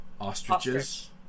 ostriches